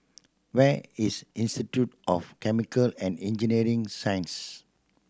where is Institute of Chemical and Engineering Science